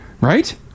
right